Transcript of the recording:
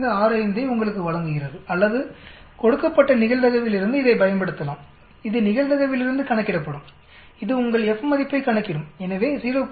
1565 ஐ உங்களுக்கு வழங்குகிறது அல்லது கொடுக்கப்பட்ட நிகழ்தகவிலிருந்து இதைப் பயன்படுத்தலாம் இது நிகழ்தகவிலிருந்து கணக்கிடப்படும் இது உங்கள் F மதிப்பைக் கணக்கிடும் எனவே 0